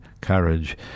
courage